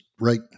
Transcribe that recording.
right